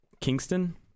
kingston